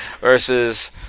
Versus